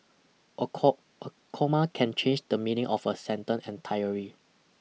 a a comma can change the meaning of a sentence entirely